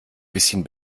bisschen